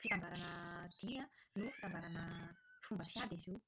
fitambarana dihy no fitambarana fomba fiady izy io.